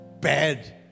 bad